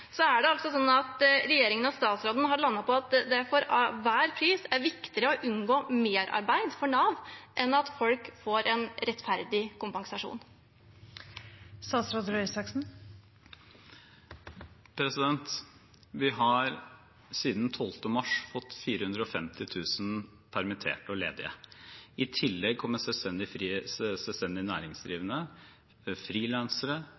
at regjeringen og statsråden har landet på at det for enhver pris er viktigere å unngå merarbeid for Nav enn at folk får en rettferdig kompensasjon? Vi har siden 12. mars fått 450 000 permitterte og ledige. I tillegg kommer selvstendig